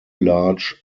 large